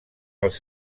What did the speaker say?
els